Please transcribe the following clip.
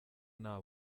nta